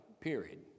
Period